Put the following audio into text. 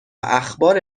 اخبار